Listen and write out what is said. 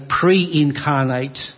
pre-incarnate